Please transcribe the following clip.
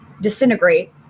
disintegrate